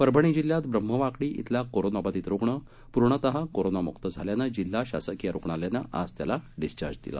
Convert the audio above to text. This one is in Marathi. परभणी जिल्ह्यात ब्रम्हवाकडी ब्रिला कोरोनाबाधित रुग्ण पूर्णतः कोरोनामुक झाल्याने जिल्हा शासकीय रुग्णालयाने आज त्याला डिस्चार्ज दिला